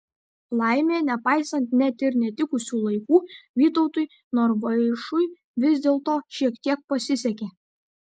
laimė nepaisant net ir netikusių laikų vytautui norvaišui vis dėlto šiek tiek pasisekė